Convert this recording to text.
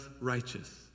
righteous